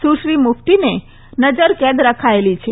સુશ્રી મુફતીને નજરકેદ રખાયેલી છે